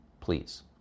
Please